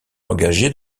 engagées